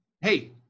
Hey